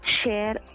share